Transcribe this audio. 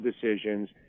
decisions